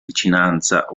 vicinanza